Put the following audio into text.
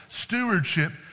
stewardship